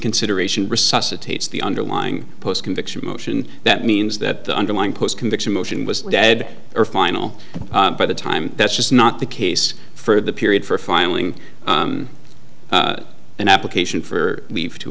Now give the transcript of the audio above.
resuscitate the underlying post conviction motion that means that the underlying post conviction motion was dead or final by the time that's just not the case for the period for filing an application for leave to